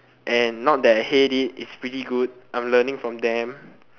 and not that I hate it it's pretty good I'm learning from them